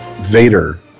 Vader